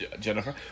Jennifer